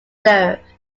served